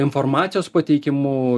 informacijos pateikimu